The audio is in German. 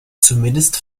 zumindest